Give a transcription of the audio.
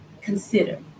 consider